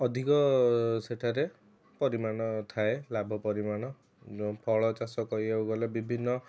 ଅଧିକ ସେଠାରେ ପରିମାଣ ଥାଏ ଲାଭ ପରିମାଣ ଫଳ ଚାଷ କରିବାକୁ ଗଲେ ବିଭିନ୍ନ